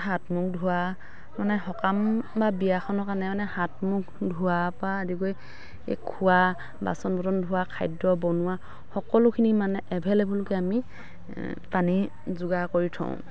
হাত মুখ ধোৱা মানে সকাম বা বিয়াখনৰ কাৰণে মানে হাত মুখ ধোৱাৰ পৰা আদি কৰি এই খোৱা বাচন বৰ্তন ধোৱা খাদ্য বনোৱা সকলোখিনি মানে এভেইলেৱলকৈ আমি পানী যোগাৰ কৰি থওঁ